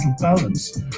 balance